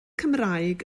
cymraeg